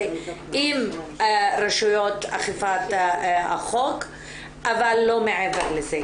עם רשויות אכיפת החוק אבל לא מעבר לזה.